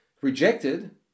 Rejected